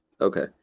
okay